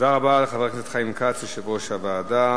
תודה רבה לחבר הכנסת חיים כץ, יושב-ראש הוועדה.